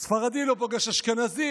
ספרדי לא פוגש אשכנזי,